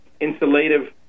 insulative